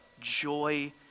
Joy